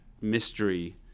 mystery